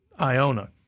Iona